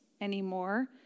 anymore